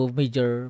major